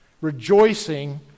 Rejoicing